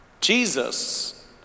Jesus